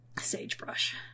Sagebrush